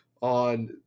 on